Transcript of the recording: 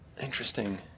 Interesting